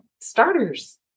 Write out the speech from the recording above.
starters